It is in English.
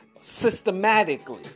Systematically